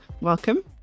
welcome